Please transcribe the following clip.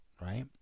right